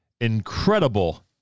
incredible